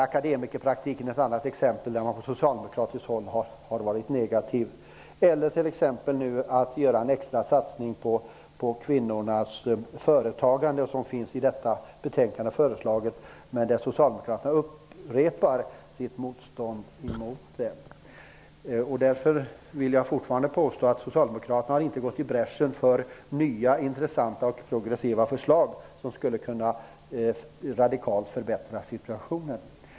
Akademikerpraktiken är ett annat exempel, där man från socialdemokratiskt håll har varit negativ. Vidare kan det gälla att göra en extra satsning på kvinnornas företagande, vilket föreslås i detta betänkande. Men Socialdemokraterna upprepar sitt motstånd mot sådant. Därför vidhåller jag att Socialdemokraterna inte har gått i bräschen för nya, intressanta och progressiva förslag som radikalt skulle kunna förbättra situationen.